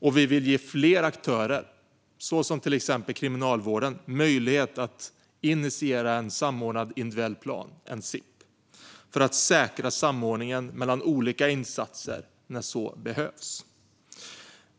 Och vi vill ge fler aktörer, till exempel Kriminalvården, möjlighet att initiera en samordnad individuell plan, en SIP, för att säkra samordningen av olika insatser när så behövs.